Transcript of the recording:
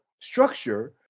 structure